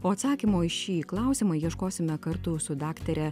o atsakymo į šį klausimą ieškosime kartu su daktare